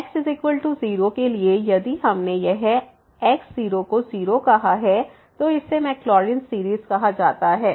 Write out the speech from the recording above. x0 के लिए यदि हमने यह x00कहा है तो इसे मैकलॉरिन सीरीज़ कहा जाता है